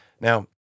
Now